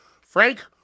Frank